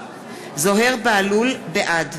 אינו נוכח זוהיר בהלול, בעד